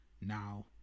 now